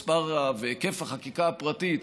מספר והיקף החקיקה הפרטית,